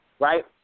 right